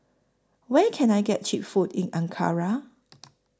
Where Can I get Cheap Food in Ankara